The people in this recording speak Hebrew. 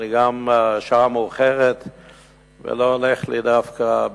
גם השעה מאוחרת ולא הולך לי דווקא,